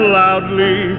loudly